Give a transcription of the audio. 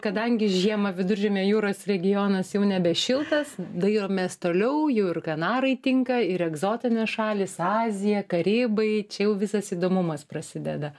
kadangi žiemą viduržemio jūros regionas jau nebešiltas dairomės toliau jau ir kanarai tinka ir egzotinės šalys azija karibai čia jau visas įdomumas prasideda